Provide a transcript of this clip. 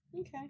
Okay